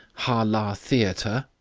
har lar theater